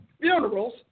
funerals